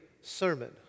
sermon